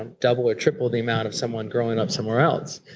um double or triple the amount of someone growing up somewhere else.